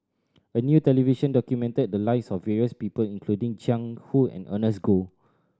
a new television documented the lives of various people including Jiang Hu and Ernest Goh